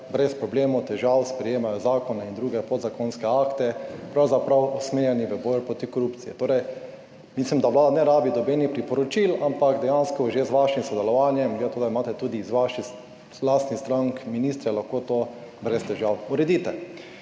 brez problemov, težav sprejemajo zakone in druge podzakonske akte, pravzaprav usmerjeni v boj proti korupciji. Torej, mislim da Vlada ne rabi nobenih priporočil, ampak dejansko že z vašim sodelovanjem, glede na to, da imate tudi iz vaših lastnih strank ministre, lahko to brez težav uredite.